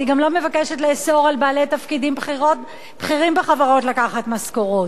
היא גם לא מבקשת לאסור על בעלי תפקידים בכירים בחברות לקחת משכורות,